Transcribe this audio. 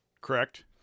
Correct